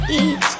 eat